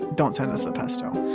don't send us the pesto